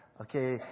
Okay